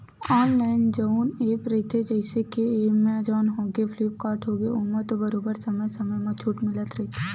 online जउन app रहिथे जइसे के एमेजॉन होगे, फ्लिपकार्ट होगे ओमा तो बरोबर समे समे म छूट मिलते रहिथे